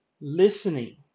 listening